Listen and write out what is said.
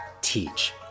teach